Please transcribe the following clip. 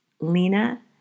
Lena